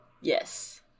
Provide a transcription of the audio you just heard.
yes